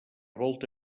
volta